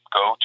go